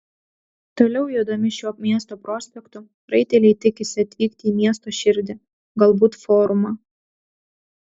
toliau jodami šiuo miesto prospektu raiteliai tikisi atvykti į miesto širdį galbūt forumą